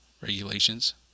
regulations